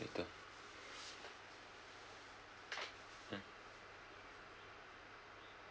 later mm